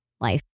life